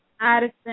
Addison